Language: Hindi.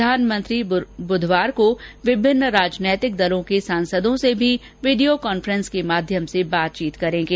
प्रधानमंत्री बुधवार को विभिन्न राजनीतिक दलों के सांसदों से भी वडियो कांफ़ेस के माध्यम से बातचीत करेंगे